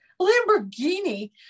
Lamborghini